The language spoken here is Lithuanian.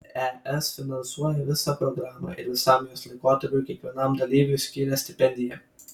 es finansuoja visą programą ir visam jos laikotarpiui kiekvienam dalyviui skiria stipendiją